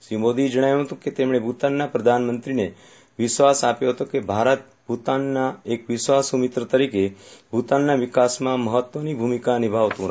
શ્રી મોદીએ જણાવ્યું હતું કે તેમણે ભૂતાનના પ્રધાનમંત્રીને વિશ્વાસ આપ્યો હતો કે ભારત ભૂતાનના એક વિશ્વાસુ મિત્ર તરીકે ભૂતાનના વિકાસમાં મહત્વની ભૂમિકા નીભાવતું રહેશે